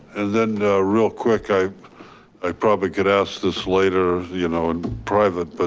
then real quick, i probably could ask this later, you know, in private. but